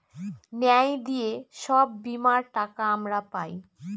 ন্যায় দিয়ে সব বীমার টাকা আমরা পায়